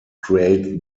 create